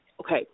okay